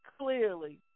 clearly